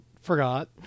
forgot